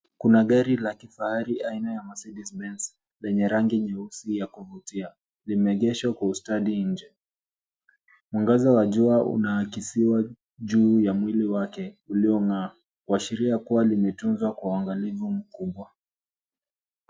Kuna gari la kifahari aina ya Mercedes Benz lenye rangi nyeusi ya kuvutia, limeegeshwa kwa ustadi nje. Mwangaza wa jua unaakisiwa juu ya mwili wake uliong'aa, kuashiria kuwa limetunzwa kwa uangalifu mkubwa.